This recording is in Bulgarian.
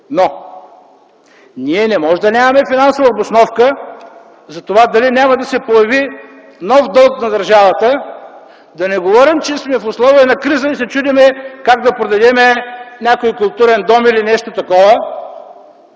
но ние не можем да нямаме финансова обосновка за това дали няма да се появи нов дълг на държавата. Да не говорим, че сме в условия на криза и се чудим как да продадем някой културен дом или нещо такова.